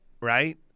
right